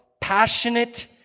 Passionate